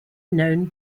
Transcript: known